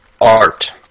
art